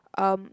um